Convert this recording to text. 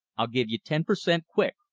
i'll give you ten per cent quick.